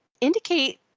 indicate